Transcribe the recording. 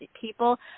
people